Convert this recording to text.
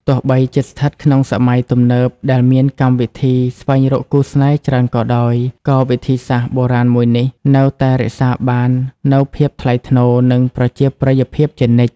ទោះបីជាស្ថិតក្នុងសម័យទំនើបដែលមានកម្មវិធីស្វែងរកគូស្នេហ៍ច្រើនក៏ដោយ ក៏វិធីសាស្រ្តបុរាណមួយនេះនៅតែរក្សាបាននូវភាពថ្លៃថ្នូរ និងប្រជាប្រិយភាពជានិច្ច។